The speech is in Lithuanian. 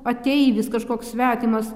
ateivis kažkoks svetimas